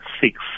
six